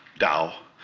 dow,